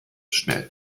schnell